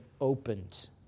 opened